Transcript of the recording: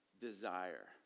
desire